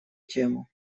тему